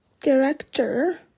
Director